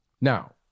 Now